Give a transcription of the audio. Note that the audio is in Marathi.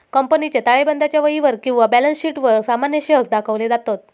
कंपनीच्या ताळेबंदाच्या वहीवर किंवा बॅलन्स शीटवर सामान्य शेअर्स दाखवले जातत